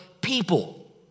people